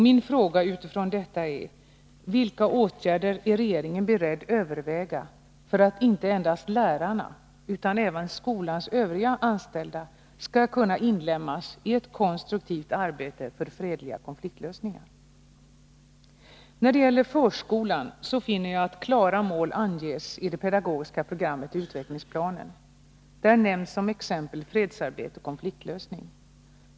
Min fråga utifrån detta är: Vilka åtgärder är regeringen beredd överväga för att inte endast lärarna utan även skolans övriga anställda skall kunna inlemmas i ett konstruktivt arbete för fredliga konfliktlösningar? När det gäller förskolan finner jag att klara mål anges i det pedagogiska programmet i utvecklingsplanen. Där nämns som exempel fredsarbete och konfliktlösning.